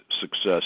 success